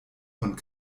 von